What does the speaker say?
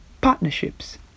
partnerships